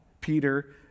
Peter